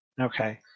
Okay